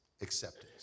acceptance